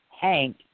Hank